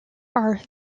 are